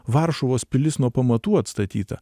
varšuvos pilis nuo pamatų atstatyta